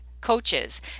coaches